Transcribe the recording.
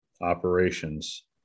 operations